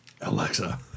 Alexa